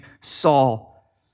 Saul